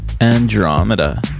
Andromeda